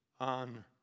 on